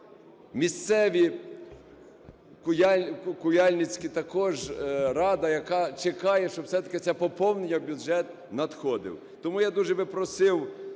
місцеві, Куяльницька також рада, яка чекає, щоб все-таки це поповнення в бюджет надходило. Тому я дуже би просив,